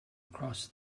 across